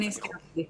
אני סיימתי.